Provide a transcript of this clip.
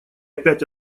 опять